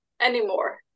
anymore